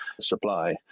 supply